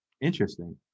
Interesting